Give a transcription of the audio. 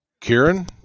Kieran